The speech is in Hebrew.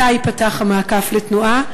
3. מתי ייפתח המעקף לתנועה?